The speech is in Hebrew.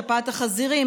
שפעת החזירים,